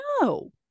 No